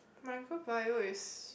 micro-bio is